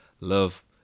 Love